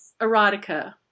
erotica